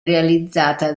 realizzata